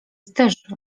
też